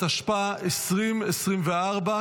התשפ"ה 2024,